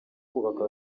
kubaka